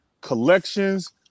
collections